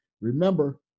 Remember